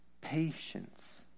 patience